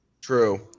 True